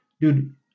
dude